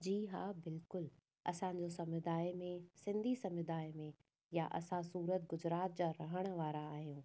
जी हा बिल्कुलु असांजे समुदाय में सिंधी समुदाय में या असां सूरत गुजरात जा रहण वारा आहियूं